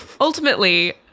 Ultimately